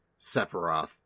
Sephiroth